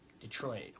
Detroit